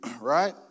right